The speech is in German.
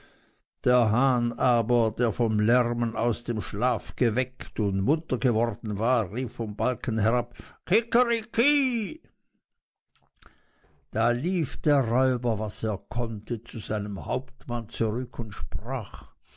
der hahn aber der vom lärmen aus dem schlaf geweckt und munter geworden war rief vom balken herab kikeriki da lief der räuber was er konnte zu seinem hauptmann zurück und sprach